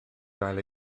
gael